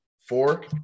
four